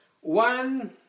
one